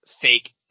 fake